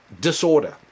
disorder